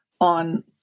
on